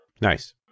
Nice